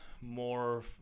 more